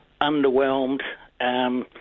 underwhelmed